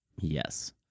Yes